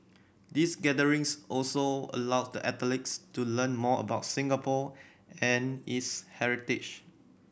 these gatherings also allow the athletes to learn more about Singapore and its heritage